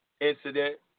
incident